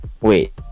Wait